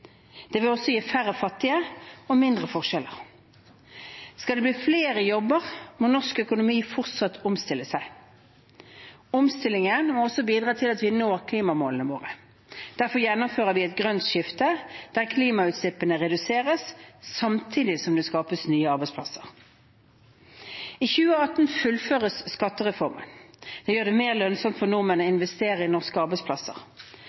Det vil også gi færre fattige og mindre forskjeller. Skal det bli flere jobber, må norsk økonomi fortsatt omstille seg. Omstillingen må også bidra til at vi når klimamålene våre. Derfor gjennomfører vi et grønt skifte, der klimautslippene reduseres samtidig som det skapes nye arbeidsplasser. I 2018 fullføres skattereformen. Den gjør det mer lønnsomt for nordmenn å investere i norske arbeidsplasser.